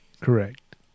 Correct